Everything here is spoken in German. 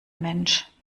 mensch